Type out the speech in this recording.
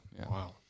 Wow